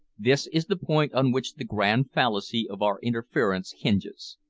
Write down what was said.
this is the point on which the grand fallacy of our interference hinges.